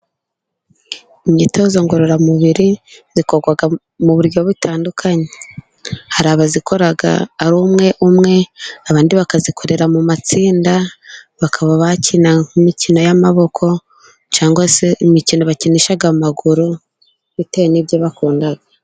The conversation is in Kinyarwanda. Imyitozo ngororamubiri, ikorwa mu buryo butandukanye. Hari abayikora ari umwe umwe, abandi bakazikorera mu matsinda, bakaba bakina imikino y'amaboko, cyangwa se imikino bakinisha amaguru, bitewe n'ibyo bakunda.